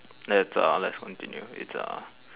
let's uh let's continue it's uh